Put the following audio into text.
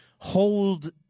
Hold